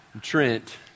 Trent